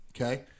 okay